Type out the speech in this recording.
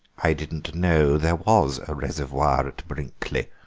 i didn't know there was a reservoir at brinkley,